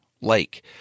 lake